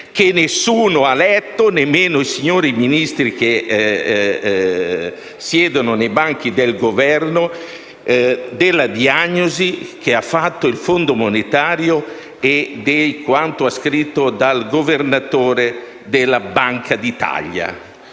che nessuno ha letto, nemmeno i signori Ministri che siedono ai banchi del Governo, circa la diagnosi che ha fatto il Fondo monetario e di quanto scritto dal Governatore della Banca d'Italia.